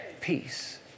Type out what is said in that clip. Peace